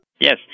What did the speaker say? Yes